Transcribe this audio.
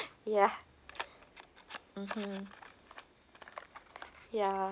ya mmhmm ya